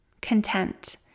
content